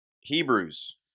Hebrews